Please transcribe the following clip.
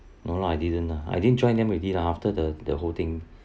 no lah I didn't lah I didn't join them already after the the whole thing